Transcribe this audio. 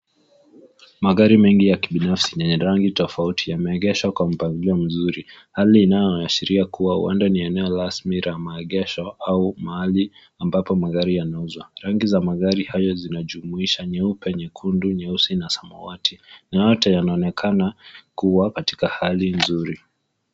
Magari mengi ya kibinafsi na yenye rangi tofauti yameegeshwa kwa mpangilio mzuri hali inayoashiria kuwa huenda ni maeneo rasmi ya maegesho au mahali ambapo magari yanauzwa. Rangi za magari hayo zinajumuisha nyuepe, nyekundu, nyeusi na samawati na yote yanaonekana kuwa katika hali nzuri.